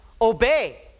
obey